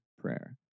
prayer